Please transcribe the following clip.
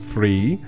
Free